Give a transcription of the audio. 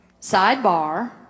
Sidebar